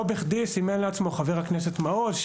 לא בכדי סימן לעצמו חבר הכנסת מעוז,